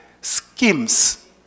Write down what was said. schemes